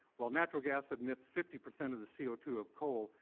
while natural gas emits fifty percent of the c o two of coal,